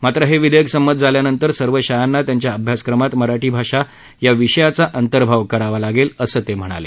मात्र हे विधेयक संमत झाल्यानंतर या सर्व शाळांना त्यांच्या अभ्यासक्रमात मराठी भाषा या विषयाचा त्यांनी अंतर्भाव लागेल असं सांगितलं